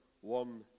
one